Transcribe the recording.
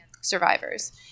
survivors